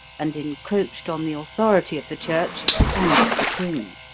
and encroached on the authority of the church and of the king.